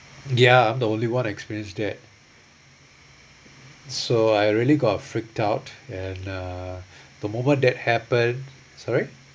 ya I'm the only one experience that so I really got freaked out and uh the moment that happened sorry